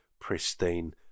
pristine